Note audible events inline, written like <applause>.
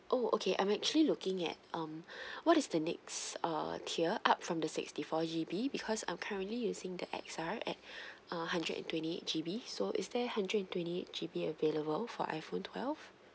oh okay I'm actually looking at um <breath> what is the next uh tier up from the sixty four G_B because I'm currently using the X_R at <breath> uh hundred and twenty eight G_B so is there hundred and twenty eight G_B available for iphone twelve